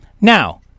Now